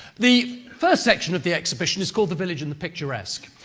the first section of the exhibition is called the village and the picturesque.